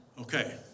okay